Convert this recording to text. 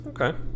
Okay